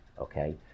Okay